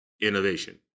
innovation